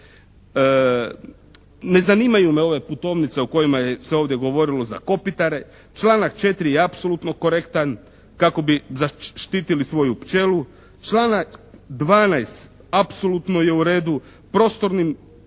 ne zanimaju me ove putovnice o kojima se ovdje govorilo za kopitare. Članak 4. je apsolutno korektan kako bi zaštitili svoju pčelu. Članak 12. apsolutno je u redu, prostornim